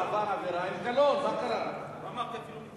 ועוד איך כן.